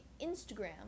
Instagram